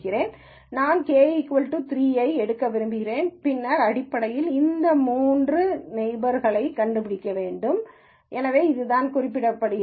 நான் k 3 ஐ எடுக்க விரும்புகிறேன் பின்னர் அடிப்படையில் இந்த மூன்று அருகிலுள்ள பாயிண்ட்களைக் கண்டுபிடிக்க வேண்டும் எனவே இதுதான் குறிப்பிடப்படுகிறது